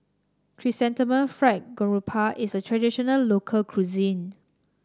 Chrysanthemum Fried Garoupa is a traditional local cuisine